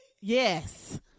yes